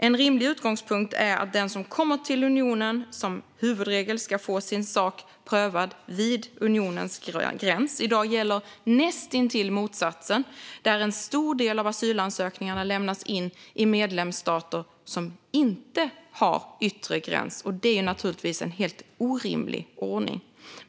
En rimlig utgångspunkt är att den som kommer till unionen som huvudregel ska få sin sak prövad vid unionens gräns. I dag gäller näst intill motsatsen. En stor del av asylansökningarna lämnas in i medlemsstater som inte har yttre gräns, och det är naturligtvis en helt orimlig ordning.